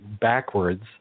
Backwards